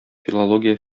филология